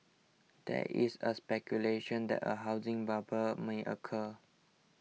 there is a speculation that a housing bubble may occur